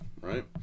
right